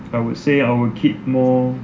I would say I would keep more